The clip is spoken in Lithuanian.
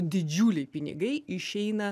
didžiuliai pinigai išeina